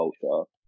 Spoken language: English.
culture